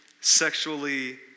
sexually